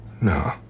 No